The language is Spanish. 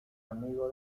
amigo